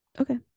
okay